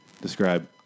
Describe